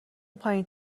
پایین